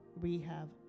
rehab